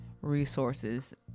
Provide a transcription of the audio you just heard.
resources